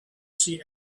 see